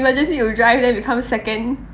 emergency you drive then become second